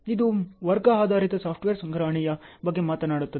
ಇದು ವರ್ಗ ಆಧಾರಿತ ಸಾಫ್ಟ್ವೇರ್ ಸಂಗ್ರಹಣೆಯ ಬಗ್ಗೆ ಮಾತನಾಡುತ್ತದೆ